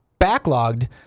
backlogged